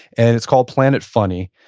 and it's called planet funny.